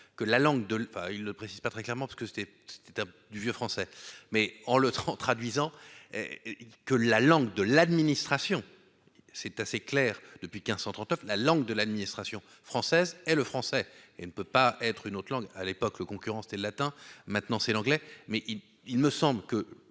1539 la langue de l'administration française et le français et ne peut pas être une autre langue, à l'époque le concurrence latin, maintenant c'est l'anglais,